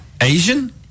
Asian